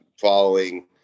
following